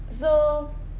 so